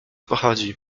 pochodzi